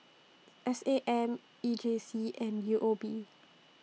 S A M E J C and U O B